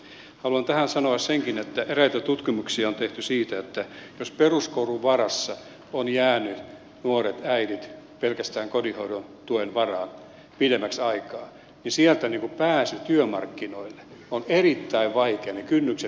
haluan tähän sanoa senkin että eräitä tutkimuksia on tehty siitä että jos peruskoulun varassa olevat nuoret äidit ovat jääneet pelkästään kotihoidon tuen varaan pidemmäksi aikaa niin sieltä pääsy työmarkkinoille on erittäin vaikeaa ne kynnykset nousevat